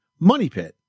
MONEYPIT